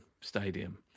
Stadium